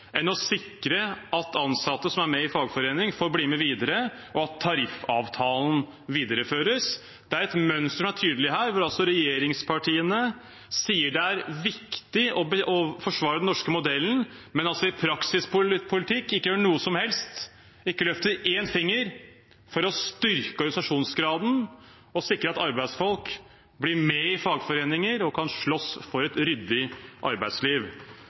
enn å sikre at ansatte som er med i en fagforening, får bli med videre, og at tariffavtalen videreføres. Det er et mønster som er tydelig her; regjeringspartiene sier det er viktig å forsvare den norske modellen, men gjør ikke noe som helst i praktisk politikk. De løfter ikke én finger for å styrke organisasjonsgraden og sikre at arbeidsfolk blir med i fagforeninger og kan slåss for et ryddig arbeidsliv.